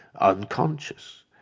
unconscious